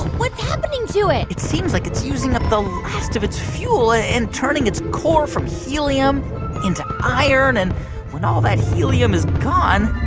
what's happening to it? it seems like it's using up the last of its fuel and turning its core from helium into iron. and when all that helium is gone.